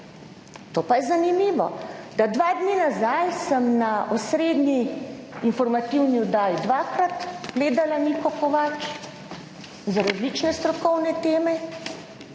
to pa je zanimivo, da dva dni nazaj sem na osrednji informativni oddaji dvakrat gledala Niko Kovač, za različne strokovne teme,